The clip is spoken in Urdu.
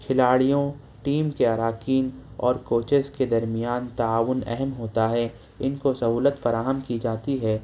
کھلاڑیوں ٹیم کے اراکین اور کوچز کے درمیان تعاون اہم ہوتا ہے ان کو سہولت فراہم کی جاتی ہے